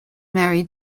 married